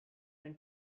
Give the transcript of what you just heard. when